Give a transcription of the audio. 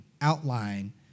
outline